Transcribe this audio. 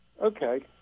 Okay